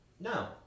No